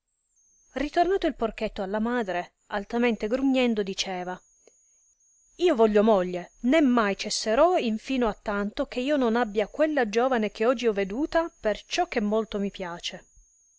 ritornato il porchetto alla madre altamente grugnendo diceva io voglio moglie né mai cessarò infino a tanto che io non abbia quella giovane che oggi ho veduta perciò che molto mi piace